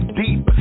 deep